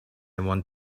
want